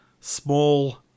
small